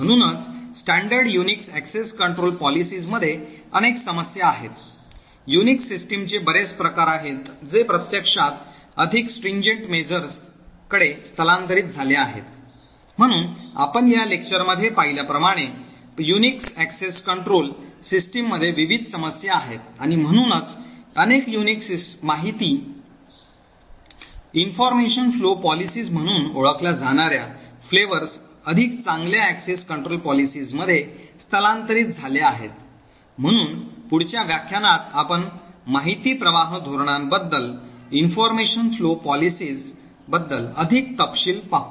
म्हणूनच standard Unix access control policies मध्ये अनेक समस्या आहेत आणि युनिक्स सिस्टमचे बरेच प्रकार आहेत जे प्रत्यक्षात अधिक कठोर उपायांकडे स्थलांतरित झाले आहेत म्हणून आपण या लेक्चरमध्ये पाहिल्या प्रमाणे युनिक्स access control system मध्ये विविध समस्या आहेत आणि म्हणूनच अनेक युनिक्स माहिती फ्लोर पॉलिसी म्हणून ओळखल्या जाणार्या फ्लेवर्स अधिक चांगल्या access control policies मध्ये स्थलांतरित झाले आहेत म्हणून पुढच्या व्याख्यानात आपण माहिती प्रवाह धोरणांबद्दल अधिक तपशील पाहू